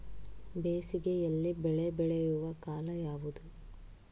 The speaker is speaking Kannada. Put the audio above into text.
ಬೇಸಿಗೆ ಯಲ್ಲಿ ಬೆಳೆ ಬೆಳೆಯುವ ಕಾಲ ಯಾವುದು?